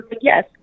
yes